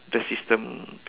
the system